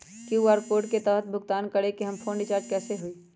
QR code के तहद भुगतान करके हम फोन रिचार्ज कैसे होई?